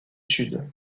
sud